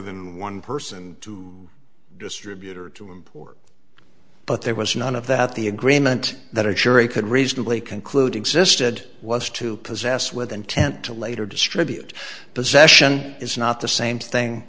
than one person to distribute or to import but there was none of that the agreement that a jury could reasonably conclude existed was to possess with intent to later distribute possession is not the same thing